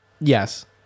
Yes